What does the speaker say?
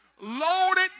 loaded